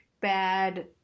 bad